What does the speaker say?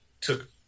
took